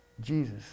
Jesus